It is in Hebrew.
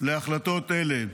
להחלטות אלה.